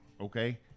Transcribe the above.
Okay